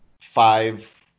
five